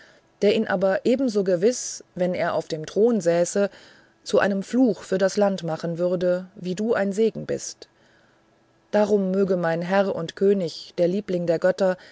der ihn aber ebenso gewiß wenn er auf dem thron säße zu einem fluch für das land machen würde wie du ein segen bist darum möge mein herr und könig der liebling der götter